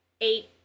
eight